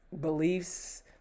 beliefs